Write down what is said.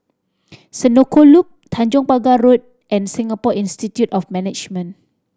Senoko Loop Tanjong Pagar Road and Singapore Institute of Management